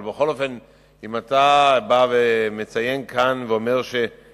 אבל בכל אופן אם אתה בא ומציין כאן שישנם